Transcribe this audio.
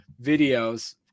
videos